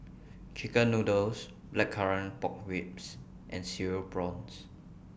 Chicken Noodles Blackcurrant Pork Ribs and Cereal Prawns